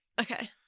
Okay